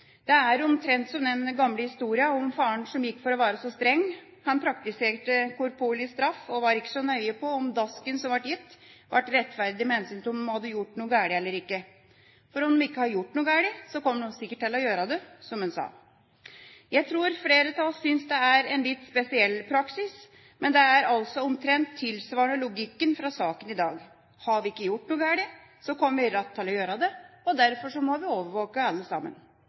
Det er omtrent som den gamle historien om faren som gikk for å være så streng. Han praktiserte korporlig straff og var ikke så nøye på om dasken som ble gitt, var rettferdig med hensyn til om barna hadde gjort noe galt eller ikke. For om de ikke hadde gjort noe galt, kom de sikkert til å gjøre det, som han sa. Jeg tror flere av oss synes det er en litt spesiell praksis, men det er altså omtrent tilsvarende logikken fra saken i dag. Har vi ikke gjort noe galt, kommer vi ratt til å gjøre det, og derfor må vi overvåkes alle sammen.